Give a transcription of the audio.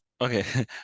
Okay